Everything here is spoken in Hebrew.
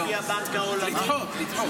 על פי הבנק העולמי --- ודאי,